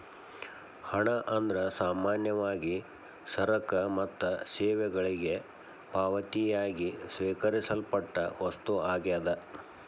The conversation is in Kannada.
ಹಣ ಅಂದ್ರ ಸಾಮಾನ್ಯವಾಗಿ ಸರಕ ಮತ್ತ ಸೇವೆಗಳಿಗೆ ಪಾವತಿಯಾಗಿ ಸ್ವೇಕರಿಸಲ್ಪಟ್ಟ ವಸ್ತು ಆಗ್ಯಾದ